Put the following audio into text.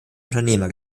unternehmer